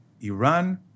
Iran